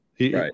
Right